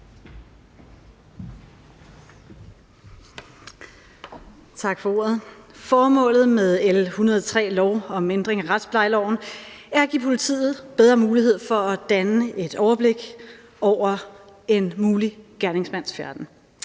Formålet med L 103, lov om ændring af retsplejeloven, er at give politiet bedre mulighed for at danne sig et overblik over en mulig gerningsmands færden.